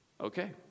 okay